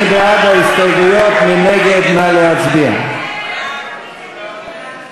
ההסתייגויות לסעיף 21, השכלה גבוהה,